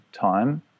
time